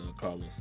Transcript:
Carlos